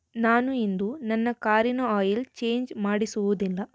ನಾನು ಇಂದು ನನ್ನ ಕಾರಿನ ಆಯಿಲ್ ಚೇಂಜ್ ಮಾಡಿಸುವುದಿಲ್ಲ